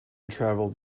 traveled